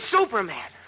Superman